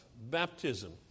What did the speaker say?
baptism